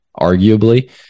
arguably